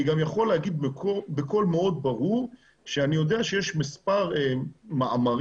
אני גם יכול להגיד בקול מאוד ברור שאני יודע שיש מספר מאמרים,